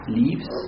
leaves